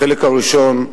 בחלק הראשון,